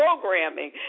programming